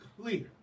clear